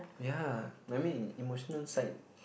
ya I mean emotional side